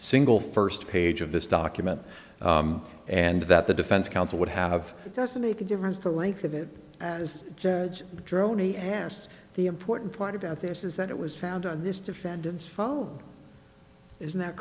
single first page of this document and that the defense counsel would have it doesn't make a difference the length of it as judge droney asked the important part about this is that it was found on this defendant's phone is that